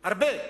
הרבה.